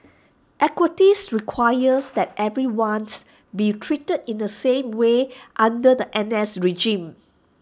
equities requires that everyone's be treated in the same way under the N S regime